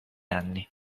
anni